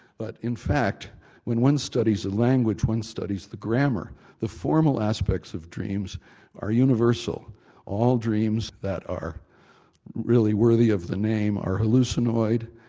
but in fact when one studies a language, one studies the grammar the formal aspects of dreams are universal all dreams that are really worthy of the name are hallucinoid,